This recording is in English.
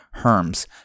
Herms